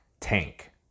tank